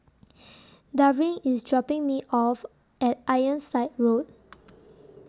Darvin IS dropping Me off At Ironside Road